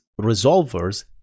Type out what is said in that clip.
resolvers